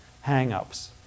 hang-ups